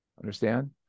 Understand